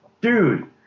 Dude